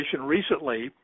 recently